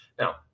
Now